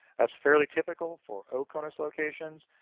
that's fairly typical for oconus locations.